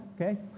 okay